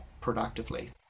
productively